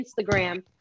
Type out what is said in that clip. Instagram